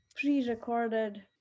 pre-recorded